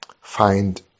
find